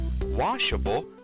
washable